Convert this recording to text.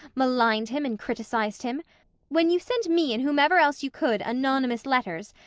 maligned him and criticised him when you sent me and whomever else you could, anonymous letters,